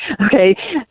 Okay